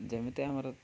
ଯେମିତି ଆମର